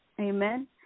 Amen